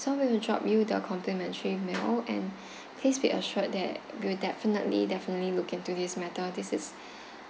so we'll drop you the complimentary meal and please be assured that we'll definitely definitely look into this matter this is